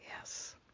Yes